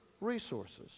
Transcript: resources